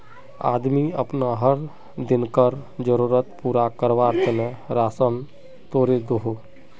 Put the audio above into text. आदमी अपना हर दिन्कार ज़रुरत पूरा कारवार तने राशान तोड़े दोहों